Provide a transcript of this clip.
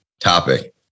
topic